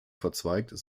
verzweigt